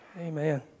Amen